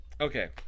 Okay